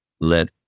let